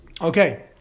Okay